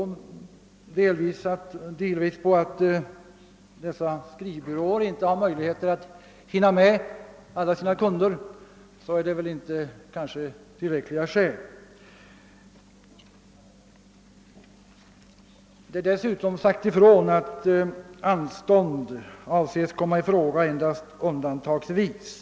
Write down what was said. Att skrivbyråerna inte kan hinna med alla sina kunder räknas förmodligen inte som tillräckligt skäl. Dessutom har det sagts ifrån att anstånd avses komma i fråga endast undantagsvis.